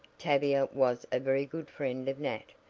tavia was a very good friend of nat,